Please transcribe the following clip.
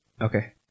Okay